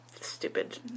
stupid